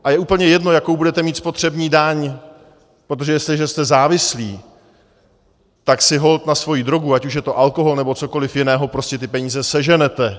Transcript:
A je úplně jedno, jakou budete mít spotřební daň, protože jestliže jste závislí, tak si holt na svoji drogu, ať už je to alkohol nebo cokoliv jiného, prostě ty peníze seženete.